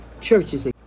Churches